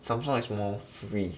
Samsung is more free